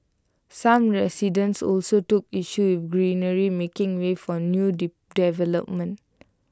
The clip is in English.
some residents also took issue with the greenery making way for new developments